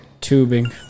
tubing